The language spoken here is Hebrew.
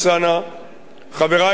חברי למליאה,